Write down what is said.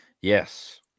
Yes